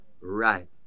Right